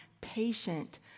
patient